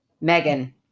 Megan